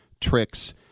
Tricks